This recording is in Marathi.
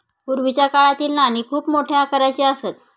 पूर्वीच्या काळातील नाणी खूप मोठ्या आकाराची असत